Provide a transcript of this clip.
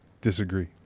Disagree